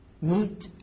meet